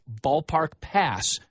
BallparkPass